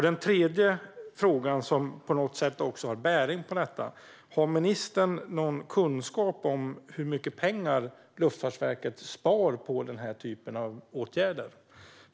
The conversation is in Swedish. Den tredje frågan har också på något sätt bäring på detta, och det är om ministern har någon kunskap om hur mycket pengar Luftfartsverket sparar genom denna typ av åtgärder.